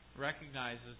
recognizes